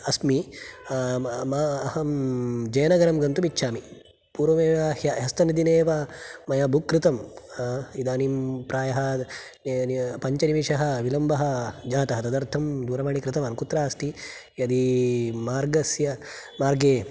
अस्मि मा मा अहं जयनगरं गन्तुमिच्छामि पूर्वमेव ह्यः ह्यस्तनदिने एव मया बुक् कृतं इदानीं प्रायः पञ्चनिमेषः विलम्बः जातः तदर्थं दूरवाणी कृतवान् कुत्र अस्ति यदि मार्गस्य मार्गे